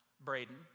Braden